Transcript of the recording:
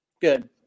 Good